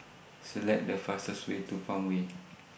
Select The fastest Way to Farmway